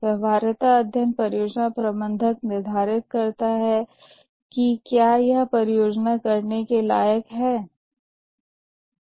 व्यवहार्यता अध्ययन के द्वारा परियोजना प्रबंधक निर्धारित करता है कि क्या यह परियोजना करने के लायक है या नहीं